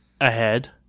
Ahead